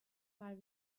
mal